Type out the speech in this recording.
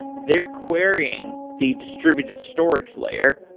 they're querying the distributed storage layer,